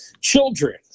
children